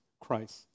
Christ